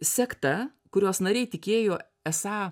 sekta kurios nariai tikėjo esą